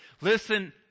Listen